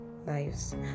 lives